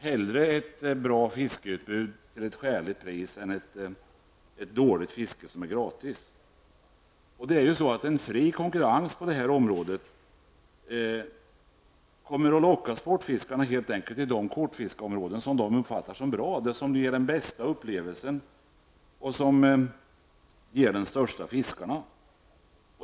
Hellre ett bra fiskeutbud till ett skäligt pris än ett dåligt fiske som är gratis. En fri konkurrens på detta område kommer att locka sportfiskarna till de kortfiskeområden som de uppfattar som bra, som ger den bästa upplevelsen och de största fiskarna.